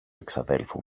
εξαδέλφου